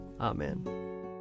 Amen